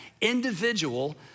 individual